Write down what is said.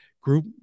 group